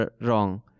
wrong